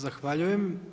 Zahvaljujem.